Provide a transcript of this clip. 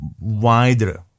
wider